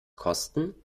kosten